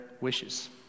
wishes